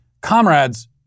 Comrades